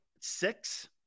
six